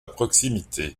proximité